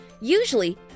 Usually